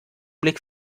blick